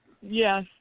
Yes